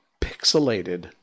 pixelated